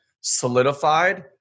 solidified